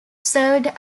served